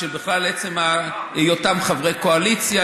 של בכלל עצם היותם חברי קואליציה,